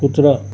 कुत्रा